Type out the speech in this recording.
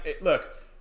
look